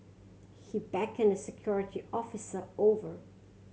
he beckoned a security officer over